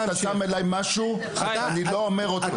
שאתה שם עליי משהו שאני לא אמרתי.